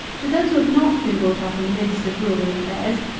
to those who have not been brought up in the midst of rural affairs,